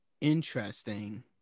Interesting